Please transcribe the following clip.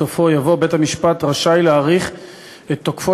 בסופו יבוא: בית-המשפט רשאי להאריך את תוקפו